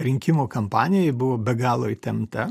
rinkimų kampanijoj buvo be galo įtempta